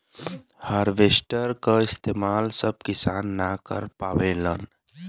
harvester क इस्तेमाल सब किसान न कर पावेलन